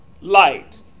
light